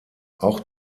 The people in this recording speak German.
auch